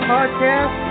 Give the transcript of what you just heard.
Podcast